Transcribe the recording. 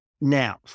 Now